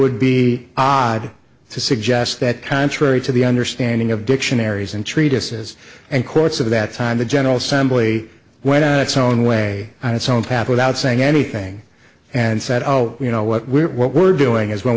would be odd to suggest that contrary to the understanding of dictionaries and treatises and courts of that time the general assembly went on its own way on its own path without saying anything and said oh you know what we're what we're doing is when